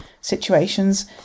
situations